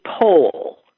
poll